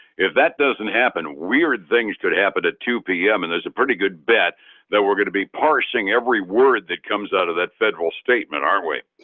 if that doesn't happen, weird things could happen at two zero p m. and there's a pretty good bet that we're going to be parsing every word that comes out of that federal statement, aren't we?